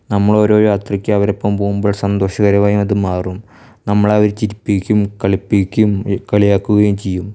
നമ്മൾ ഓരോ യാത്രയ്ക്ക് അവരൊപ്പം പോകുമ്പം സന്തോഷകരമായി അത് മാറും നമ്മളെ അവര് ചിരിപ്പിക്കും കളിപ്പിക്കും കളിയാക്കുകയും ചെയ്യും